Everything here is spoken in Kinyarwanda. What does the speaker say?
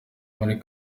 muri